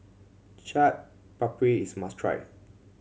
Chaat Papri is a must try